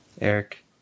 Eric